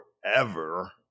forever